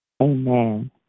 Amen